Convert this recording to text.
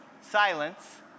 silence